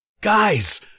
Guys